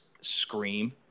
scream